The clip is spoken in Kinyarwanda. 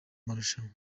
marushanwa